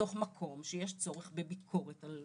מתוך מקום שיש צורך בביקורת על